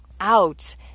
out